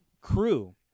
Crew